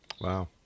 Wow